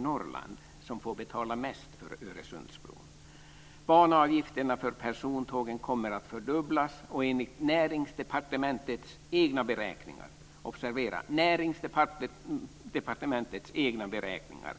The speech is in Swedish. Norrland som får betala mest för Öresundsbron. Banavgifterna för persontågen kommer att fördubblas och enligt Näringsdepartementets egna beräkningar - observera egna beräkningar